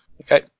Okay